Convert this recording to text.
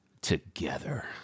Together